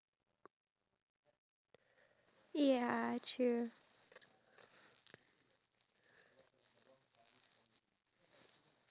to the um amount of banana is not balanced that's why the one at batam is much more nice you get the crunch even more and more cheese